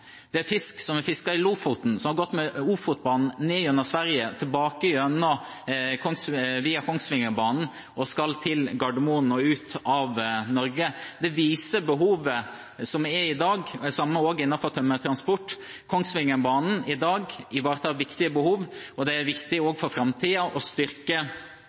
Det er fisk som er fisket i Lofoten, som har gått med Ofotbanen ned gjennom Sverige, tilbake via Kongsvingerbanen og skal til Gardermoen og ut av Norge. Det viser behovet som er i dag. Det samme gjelder også innenfor tømmertransport. Kongsvingerbanen ivaretar i dag viktige behov. Det er viktig også for framtiden å styrke